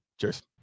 Cheers